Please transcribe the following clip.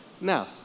Now